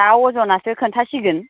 दा अज'नासो खोन्थासिगोन